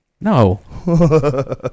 No